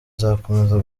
nzakomeza